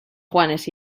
juanes